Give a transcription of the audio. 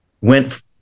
went